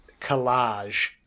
collage